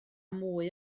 mwy